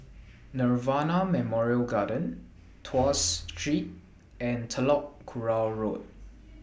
Nirvana Memorial Garden Tuas Street and Telok Kurau Road